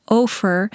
over